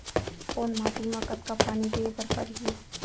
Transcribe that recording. कोन माटी म कतका पानी देहे बर परहि?